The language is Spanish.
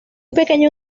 pequeño